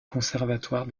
conservatoire